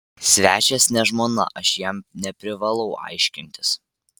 svečias ne žmona aš jam neprivalau aiškintis